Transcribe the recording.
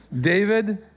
David